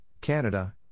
Canada